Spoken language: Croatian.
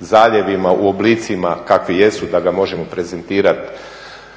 zaljevima u oblicima kakvi jesu da ga možemo prezentirati